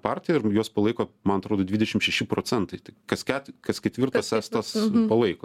partija ir nu juos palaiko man atrodo dvidešim šeši procentai tai kas ket kas ketvirtas estas palaiko